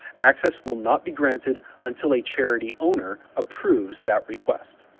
access will not be granted until a charity owner approves that request.